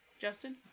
Justin